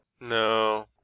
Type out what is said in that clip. no